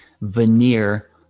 veneer